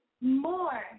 more